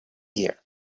gear